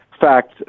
fact